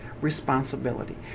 responsibility